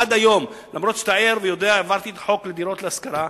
אף שאתה ער ויודע שהעברתי את החוק לדירות להשכרה,